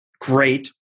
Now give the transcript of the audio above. great